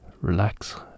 relax